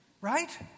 right